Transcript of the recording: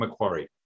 Macquarie